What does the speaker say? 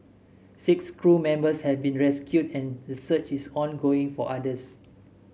six crew members have been rescued and a search is ongoing for others